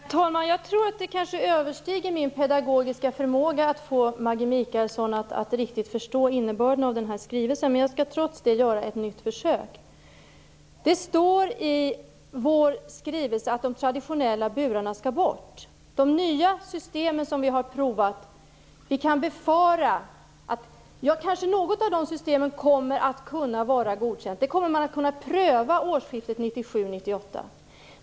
Herr talman! Jag tror att det kanske överstiger min pedagogiska förmåga att få Maggi Mikaelsson att riktigt förstå innebörden av den här skrivelsen. Men jag skall trots det göra ett nytt försök. Det står i vår skrivelse att de traditionella burarna skall bort. Något av de nya system som vi har provat kanske kommer att godkännas. Det kommer man att kunna pröva vid årsskiftet 1997/1998.